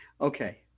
Okay